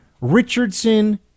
Richardson